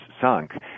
sunk